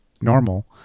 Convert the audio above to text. normal